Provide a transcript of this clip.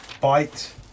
Bite